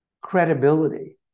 Credibility